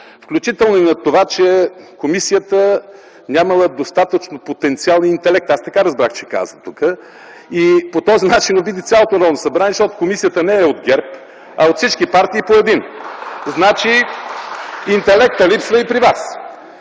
включително и на това, че комисията нямала достатъчно потенциален интелект. Така разбрах, че го каза тук. По този начин обиди цялото Народно събрание, защото комисията не е от ГЕРБ, а от всички партии по един. (Ръкопляскания от